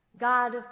God